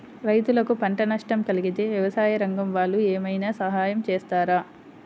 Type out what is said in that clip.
రైతులకు పంట నష్టం కలిగితే వ్యవసాయ రంగం వాళ్ళు ఏమైనా సహాయం చేస్తారా?